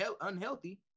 unhealthy